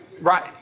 Right